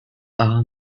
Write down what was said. our